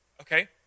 Okay